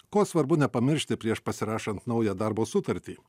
ko svarbu nepamiršti prieš pasirašant naują darbo sutartį